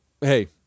hey